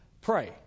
Pray